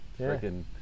freaking